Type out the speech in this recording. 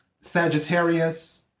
Sagittarius